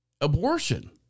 abortion